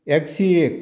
एकशे एक